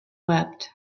wept